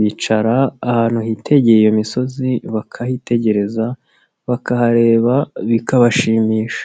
Bicara ahantu hitegeye iyo misozi bakayitegereza ,bakahareba bikabashimisha.